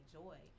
joy